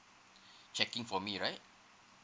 checking for me right